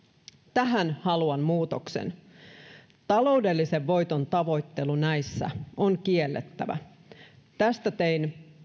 tähän haluan muutoksen taloudellisen voiton tavoittelu näissä on kiellettävä tästä tein